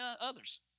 others